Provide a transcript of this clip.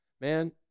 man